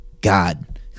God